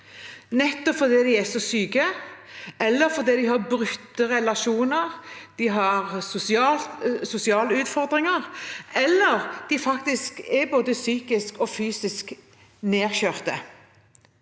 nettopp fordi de er så syke, fordi de har brutte relasjoner og sosiale utfordringer, eller fordi de faktisk er både psykisk og fy sisk nedkjørte.